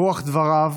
ברוח דבריו